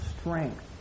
strength